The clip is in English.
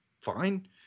fine